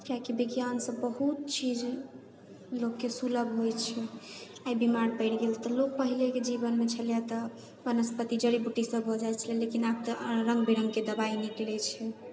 कियाकि विज्ञानसँ बहुत चीज लोकके सुलभ होइ छै आइ बीमार पड़ि गेल तऽ लोक पहिलेके जीवनमे छलै तऽ वनस्पति जड़ी बूटीसँ भऽ जाइ छलै लेकिन आब तऽ रङ्गबिरङ्गके दवाइ निकलै छै